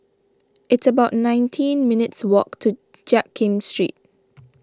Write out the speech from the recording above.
it's about nineteen minutes' walk to Jiak Kim Street